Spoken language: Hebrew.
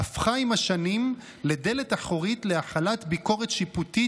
הפכה עם השנים ל'דלת אחורית' להחלת ביקורת שיפוטית